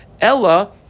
ella